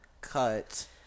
cut